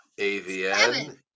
AVN